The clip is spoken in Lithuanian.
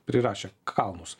prirašė kalnus